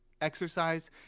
exercise